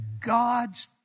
God's